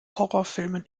horrorfilmen